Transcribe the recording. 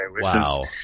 wow